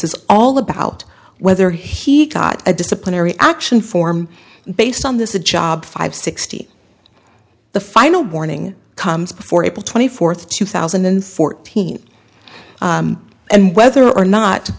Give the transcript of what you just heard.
is all about whether he got a disciplinary action form based on this a job five sixty the final warning comes before april twenty fourth two thousand and fourteen and whether or not